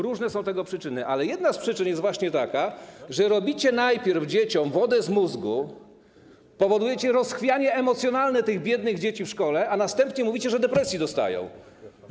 Różne są tego przyczyny, ale jedna z przyczyn jest właśnie taka, że najpierw robicie dzieciom wodę z mózgu, powodujecie rozchwianie emocjonalne tych biednych dzieci w szkole, a następnie mówicie, że dostają depresji.